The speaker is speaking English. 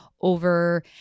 over